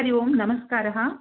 हरि ओम् नमस्कारः